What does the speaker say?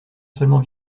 seulement